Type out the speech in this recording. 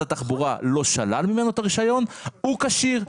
התחבורה לא שלל ממנו את הרישיון הוא כשיר.